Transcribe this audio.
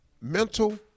Mental